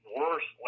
worse